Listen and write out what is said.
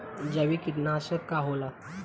जैविक कीटनाशक का होला?